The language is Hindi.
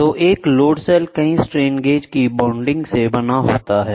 तो एक लोड सेल कई स्ट्रेन गेज की बॉन्डिंग से बना होता है